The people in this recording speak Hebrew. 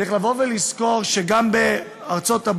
צריך לבוא ולזכור שגם בארצות-הברית,